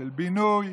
של בינוי,